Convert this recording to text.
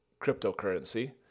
cryptocurrency